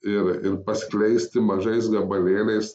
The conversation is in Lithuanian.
ir ir paskleisti mažais gabalėliais